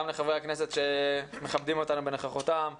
גם לחברי הכנסת שמכבדים אותנו בנוכחותם,